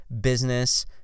business